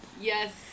Yes